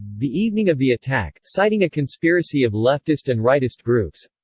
the evening of the attack, citing a conspiracy of leftist and rightist groups